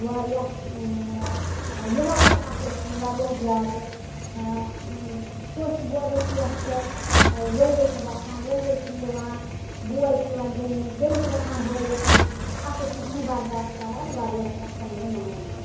واریاہ یِوان تہِ اَکھ أکۍ سُنٛد واریاہ زیادٕ کٲنٛسہِ بوزو کینٛہہ چھُ ؤلۍ ؤلۍ چھِ گژھان ؤلۍ ؤلۍ چھِ یِوان بوے چھِ یِوان بیٚنہِ نِش بیٚنہِ چھِ گژھان بٲیِس نِش اَکھ أکۍ سُنٛد چھِنہٕ برداش کَران واریاہ چھِ اَسہِ پانہٕ ؤنۍ ماے محبت